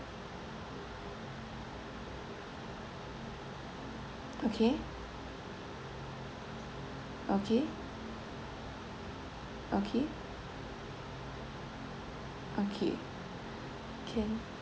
okay okay okay okay can